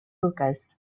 hookahs